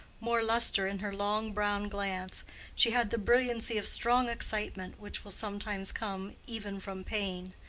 more lustre in her long brown glance she had the brilliancy of strong excitement, which will sometimes come even from pain.